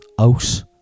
out